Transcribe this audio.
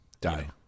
Die